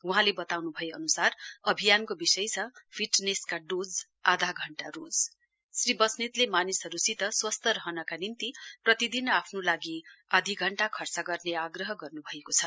वहाँले बताउन्भए अनुसार अभियानको विषय छ फिटनेशका डोज आधा घण्टा रोज श्री बस्नेतले मानिसहरूसित स्वस्थ रहनको निम्ति प्रतिदिन आफ्नो लागि आधि घण्टा खर्च गर्ने आग्रह गर्नु भएको छ